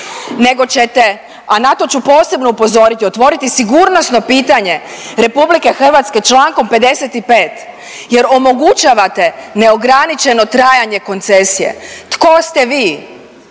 nego ćete, a na to ću posebno upozoriti, otvoriti sigurnosno pitanje RH Člankom 55. jer omogućavate neograničeno trajanje koncesije. Tko ste vi,